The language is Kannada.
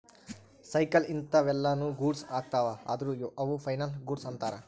ಸೈಕಲ್ ಇಂತವೆಲ್ಲ ನು ಗೂಡ್ಸ್ ಅಗ್ತವ ಅದ್ರ ಅವು ಫೈನಲ್ ಗೂಡ್ಸ್ ಅಂತರ್